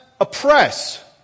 oppress